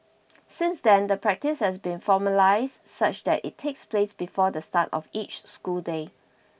since then the practice has been formalised such that it takes place before the start of each school day